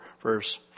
verse